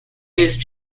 use